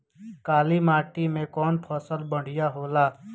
काली माटी मै कवन फसल बढ़िया होला?